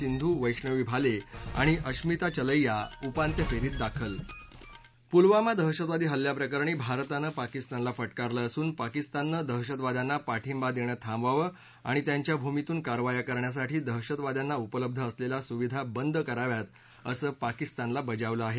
सिंधू वैष्णवी भाले आणि अश्मिता चलैया उपांत्य फेरीत दाखल पुलवामा दहशतवादी हल्ल्याप्रकरणी भारतानं पाकिस्तानला फटकारलं असून पाकिस्ताननं दहशवाद्यांना पाठिंबा देणं थांबवावं आणि त्यांच्या भूमीतून कारवाया करण्यासाठी दहशतवाद्यांना उपलब्ध असलेल्या सुविधा बंद कराव्यात असं पाकिस्तानला बजावलं आहे